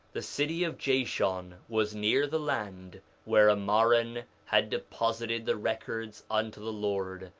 the city of jashon was near the land where ammaron had deposited the records unto the lord,